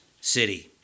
city